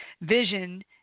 vision